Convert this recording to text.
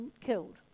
killed